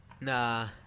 Nah